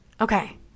Okay